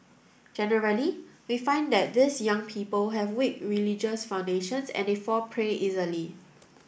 generally we find that these young people have weak religious foundations and they fall prey easily